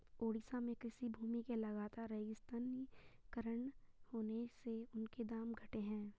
ओडिशा में कृषि भूमि के लगातर रेगिस्तानीकरण होने से उनके दाम घटे हैं